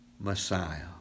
Messiah